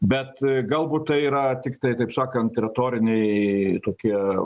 bet galbūt tai yra tiktai taip sakant retoriniai tokie